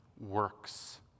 works